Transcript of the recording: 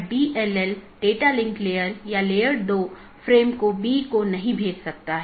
वोह AS जो कि पारगमन ट्रैफिक के प्रकारों पर नीति प्रतिबंध लगाता है पारगमन ट्रैफिक को जाने देता है